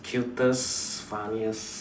cutest funniest